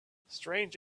strange